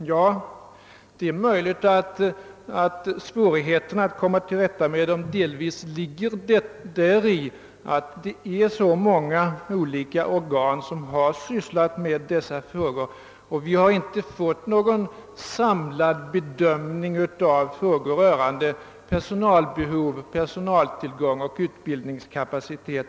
Ja, det är möjligt att svårigheterna att komma till rätta med problemen delvis ligger däri att så många olika organ arbetar med frågorna och vi därför inte fått någon samlad bedömning av personalbehov, personaltillgång och utbildningskapacitet.